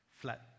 flat